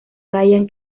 ryan